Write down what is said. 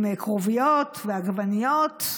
עם כרוביות ועגבניות.